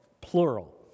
plural